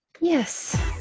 Yes